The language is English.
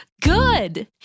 Good